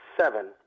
seven